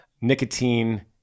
nicotine